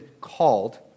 called